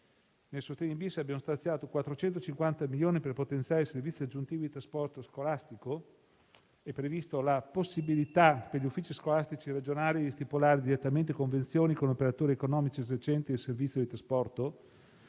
sostegni-bisabbiamo stanziato 450 milioni per potenziare i servizi aggiuntivi di trasporto scolastico e previsto la possibilità per gli uffici scolastici regionali di stipulare direttamente convenzioni con operatori economici esercenti il servizio di trasporto.